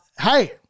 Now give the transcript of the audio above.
Hey